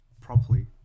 properly